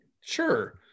Sure